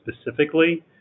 specifically